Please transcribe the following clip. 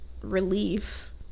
relief